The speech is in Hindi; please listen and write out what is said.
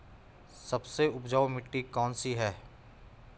सबसे उपजाऊ मिट्टी कौन सी है?